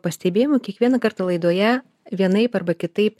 pastebėjimu kiekvieną kartą laidoje vienaip arba kitaip